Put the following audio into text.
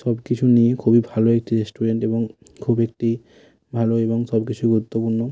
সব কিছু নিয়ে খুবই ভালো একটি রেস্টুরেন্ট এবং খুব একটি ভালো এবং সব কিছু গুরুত্বপূর্ণ